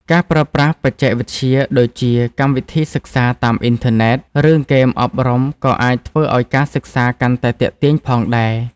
ការប្រើប្រាស់បច្ចេកវិទ្យាដូចជាកម្មវិធីសិក្សាតាមអ៊ីនធឺណិត ឬហ្គេមអប់រំក៏អាចធ្វើឱ្យការសិក្សាកាន់តែទាក់ទាញផងដែរ។